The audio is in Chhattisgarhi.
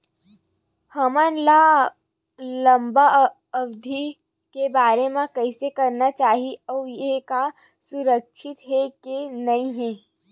हमन ला लंबा अवधि के बर कइसे करना चाही अउ ये हा सुरक्षित हे के नई हे?